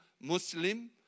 Muslim